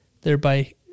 thereby